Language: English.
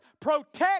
protect